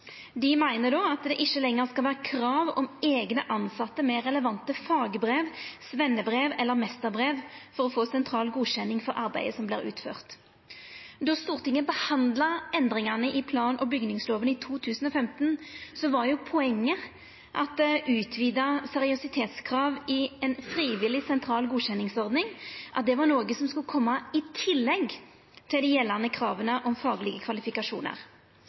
Dei meiner at det ikkje lenger skal vera krav om eigne tilsette med relevant fagbrev, sveinebrev eller meisterbrev for å få sentral godkjenning av arbeidet som vert utført. Då Stortinget behandla endringane i plan- og bygningsloven i 2015, var poenget at utvida seriøsitetskrav i ei frivillig sentral godkjenningsordning var noko som skulle koma i tillegg til dei gjeldande krava om faglege kvalifikasjonar.